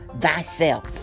thyself